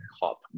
hop